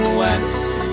west